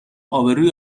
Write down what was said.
آبروی